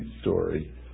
story